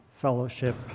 fellowship